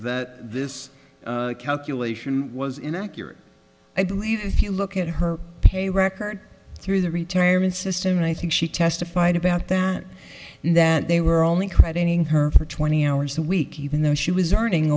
that this calculation was inaccurate i believe if you look at her pay record through the retirement system and i think she testified about that that they were only crediting her for twenty hours a week even though she was earning